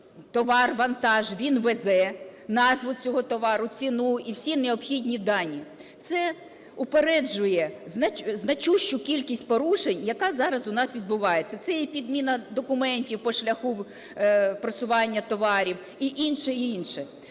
товар, вантаж він везе, назву цього товару, ціну і всі необхідні дані. Це упереджує значущу кількість порушень, яка зараз у нас відбувається. Це і підміна документів по шляху просування товарів, і інше, і інше.